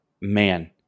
man